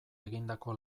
egindako